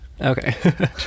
okay